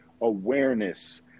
awareness